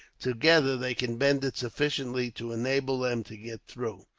together they could bend it sufficiently to enable them to get through.